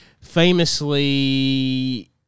famously